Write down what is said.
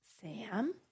Sam